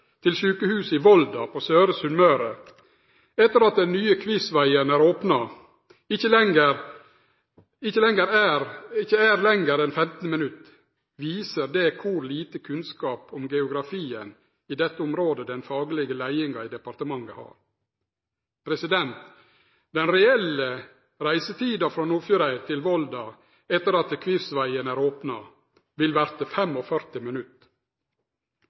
til sjukehuset i Volda på Søre Sunnmøre, etter at den nye Kvivsvegen er opna, ikkje er lengre enn 15 minutt, viser det kor lite kunnskap om geografien i dette området den faglege leiinga i departementet har. Den reelle reisetida frå Nordfjordeid til Volda, etter at Kvisvegen er opna, vil verte 45 minutt,